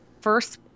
First